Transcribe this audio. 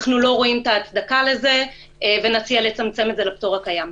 אנחנו לא רואים את ההצדקה לזה ונציע לצמצם את זה לפטור הקיים.